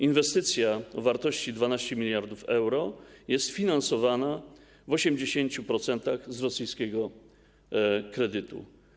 Inwestycja o wartości 12 mld euro jest finansowana w 80% z rosyjskiego kredytu.